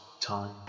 time